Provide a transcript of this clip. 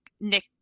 Nick